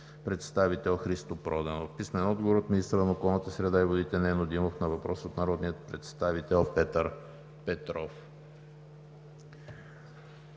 представител Христо Проданов; - министъра на околната среда и водите Нено Димов на въпрос от народния представител Петър Петров;